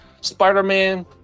Spider-Man